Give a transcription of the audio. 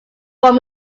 want